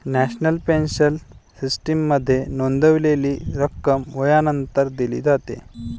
national pension सिस्टीममध्ये नोंदवलेली रक्कम वयानंतर दिली जाते